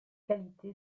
qualité